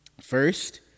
First